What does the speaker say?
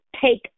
Take